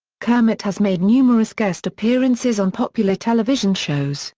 kermit has made numerous guest appearances on popular television shows,